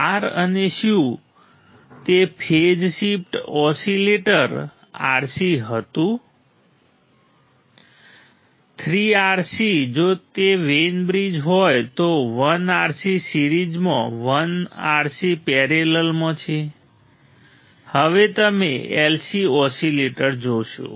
R અને C શું તે ફેઝ શિફ્ટ ઓસિલેટર RC હતું 3 RC જો તે વેઈન બ્રિજ હોય તો 1 RC સિરીઝમાં 1 RC પેરેલલમાં છે હવે તમે LC ઓસિલેટર જોશો